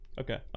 Okay